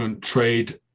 trade